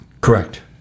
Correct